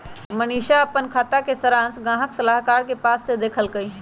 मनीशा अप्पन खाता के सरांश गाहक सलाहकार के पास से देखलकई